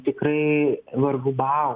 tikrai vargu bau